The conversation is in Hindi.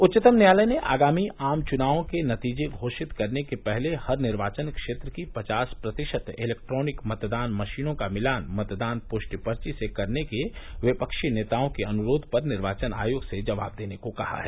उच्चतम न्यायालय ने आगामी आम चुनावों के नतीजे घोषित करने से पहले हर निर्वाचन क्षेत्र की पचास प्रतिशत इलैक्ट्रॉनिक मतदान मशीनों का मिलान मतदान पृष्टि पर्ची से करने के विपक्षी नेताओं के अनुरोध पर निर्वाचन आयोग से जवाब देने को कहा है